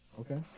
Okay